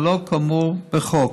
ולא כאמור בחוק.